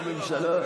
הם הממשלה.